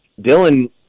Dylan